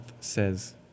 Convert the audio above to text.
says